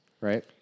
right